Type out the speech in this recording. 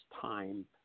time